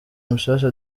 mushasha